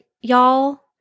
y'all